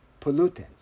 pollutants